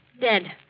Dead